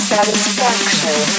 Satisfaction